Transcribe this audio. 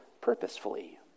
purposefully